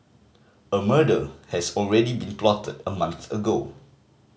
a murder has already been plotted a month ago